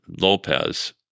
Lopez